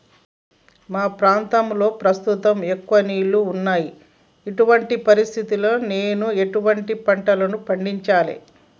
మా ప్రాంతంలో ప్రస్తుతం ఎక్కువ నీళ్లు ఉన్నాయి, ఇటువంటి పరిస్థితిలో నేను ఎటువంటి పంటలను పండించాలే?